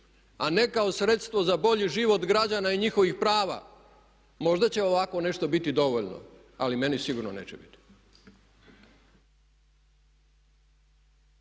a ne kao sredstvo za bolji život građana i njihovih prava možda će ovakvo nešto biti dovoljno, ali meni sigurno neće biti.